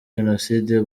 jenoside